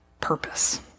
purpose